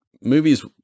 movies